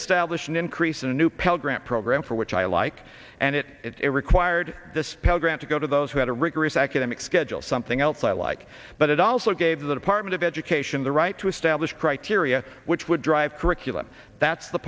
a stablish an increase in a new pell grant program for which i like and it it required this pell grant to go to those who had a rigorous academic schedule something else i like but it also gave the department of education the right to establish criteria which would drive curriculum that's the